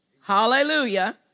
Hallelujah